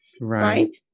right